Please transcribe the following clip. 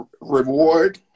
Reward